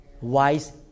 wise